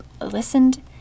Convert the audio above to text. listened